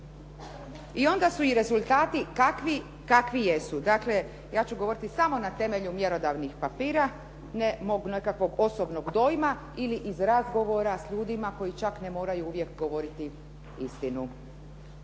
I onda su rezultati takvi kakvi jesu. Dakle, ja ću govoriti samo na temelju mjerodavnih papira, ne mog nekakvog osobnog dojma ili iz razgovora s ljudima koji čak ne moraju uvijek govoriti istinu.